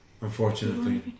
unfortunately